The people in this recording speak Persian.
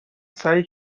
سعی